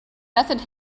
method